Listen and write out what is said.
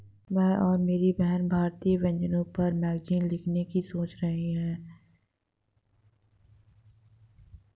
मैं और मेरी बहन भारतीय व्यंजनों पर मैगजीन लिखने की सोच रही है